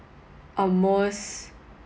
a most